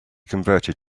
converted